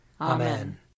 Amen